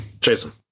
Jason